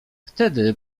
wtedy